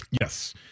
Yes